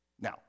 now